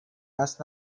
قصد